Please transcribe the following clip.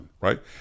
right